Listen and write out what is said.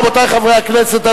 רבותי חברי הכנסת,